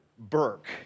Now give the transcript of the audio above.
Burke